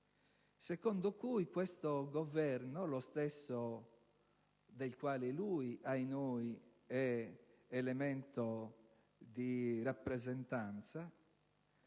secondo cui questo Governo, lo stesso del quale lui - ahinoi - è elemento di rappresentanza,